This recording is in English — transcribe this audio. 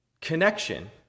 connection